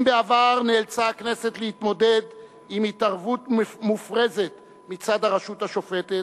אם בעבר נאלצה הכנסת להתמודד עם התערבות מופרזת מצד הרשות השופטת,